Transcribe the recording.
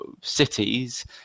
cities